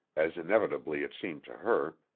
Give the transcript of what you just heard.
as inevitably it seemed to her,